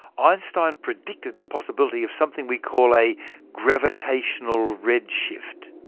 einstein predicted the possibility of something we call a gravitational redshift.